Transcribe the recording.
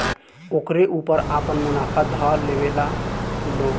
ओकरे ऊपर आपन मुनाफा ध लेवेला लो